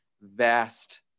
vast